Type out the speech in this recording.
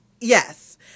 yes